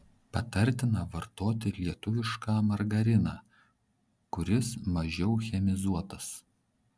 patartina vartoti lietuvišką margariną kuris mažiau chemizuotas